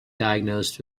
diagnosed